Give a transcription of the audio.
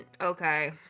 okay